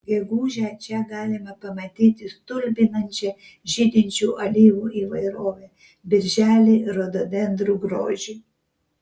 gegužę čia galima pamatyti stulbinančią žydinčių alyvų įvairovę birželį rododendrų grožį